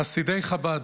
חסידי חב"ד,